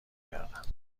کردند